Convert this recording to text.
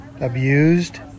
abused